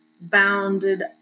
bounded